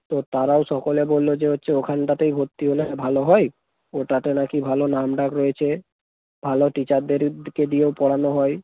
তো তারাও সকলে বললো যে হচ্ছে যে ওখানটাতেই ভর্তি হলে ভালো হয় ওটাতে নাকি ভালো নামডাক রয়েছে ভালো টিচারদেরকে দিয়েও পড়ানো হয়